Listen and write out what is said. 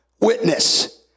witness